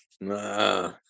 Nah